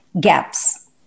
gaps